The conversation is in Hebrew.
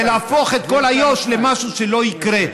זה להפוך את כל איו"ש למשהו שלא יקרה,